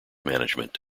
management